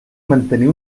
mantenir